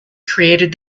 created